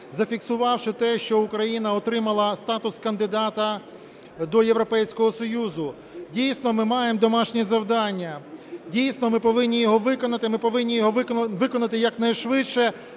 зафіксувавши те, що Україна отримала статус кандидата до Європейського Союзу. Дійсно, ми маємо домашнє завдання. Дійсно, ми повинні його виконати, ми повинні його виконати якнайшвидше,